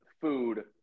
food